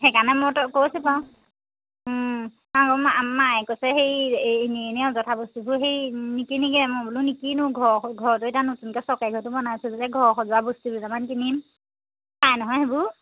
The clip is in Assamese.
সেইকাৰণে মই তোক কৈছোঁ বাৰু আৰু আমাৰ মা মাই কৈছে হেৰি এই এনে এনে অযথা বস্তুবোৰ হেৰি নিকিনিবিগৈ মই বোলো নিকিনো ঘৰৰ ঘৰতো এতিয়া নতুনকে চৰকাৰী ঘৰতো বনাইছোঁ যেতিয়া ঘৰ সজোৱা বস্তু দুটামান কিনিম পাই নহয় সেইবোৰ